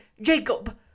jacob